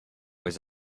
was